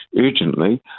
urgently